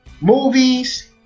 movies